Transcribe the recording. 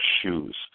shoes